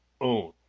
own